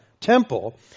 temple